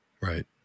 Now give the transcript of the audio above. right